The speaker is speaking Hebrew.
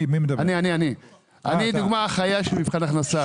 אני דוגמה חיה של מבחן הכנסה.